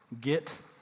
Get